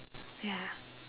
ya